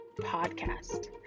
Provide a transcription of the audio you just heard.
podcast